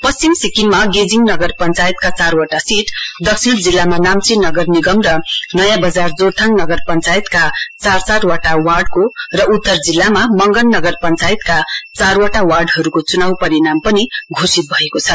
पश्चिम सिक्किममा गेजिङ नगर पञ्चायतका चारवटा सीट दक्षिण जिल्ला नाम्ची नगर निगम र नयाँ बजार जोरथाङ नगर पञ्चायतका चार चार वटा सीटको र उतर जिल्ला मंगन नगर पञ्चायतका चारवटा वाङेहरूको चुनाउ परिणाम पनि घोषित भएको छ